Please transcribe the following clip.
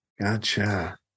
Gotcha